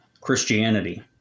Christianity